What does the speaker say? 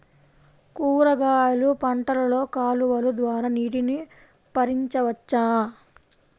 కూరగాయలు పంటలలో కాలువలు ద్వారా నీటిని పరించవచ్చా?